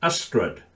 Astrid